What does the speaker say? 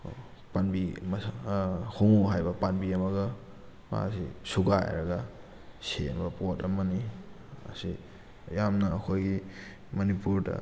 ꯄꯥꯝꯕꯤ ꯍꯣꯡꯉꯨ ꯍꯥꯏꯕ ꯄꯥꯝꯕꯤ ꯑꯃꯒ ꯃꯥꯁꯤ ꯁꯨꯒꯥꯏꯔꯒ ꯁꯦꯝꯕ ꯄꯣꯠ ꯑꯃꯅꯤ ꯑꯁꯤ ꯌꯥꯝꯅ ꯑꯩꯈꯣꯏꯒꯤ ꯃꯅꯤꯄꯨꯔꯗ